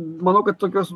manau kad tokios